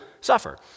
suffer